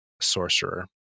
sorcerer